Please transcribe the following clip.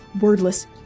wordless